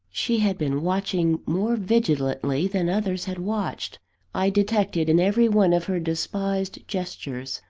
she had been watching more vigilantly than others had watched i detected in every one of her despised gestures,